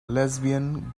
lesbian